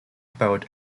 boat